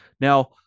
Now